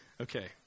Okay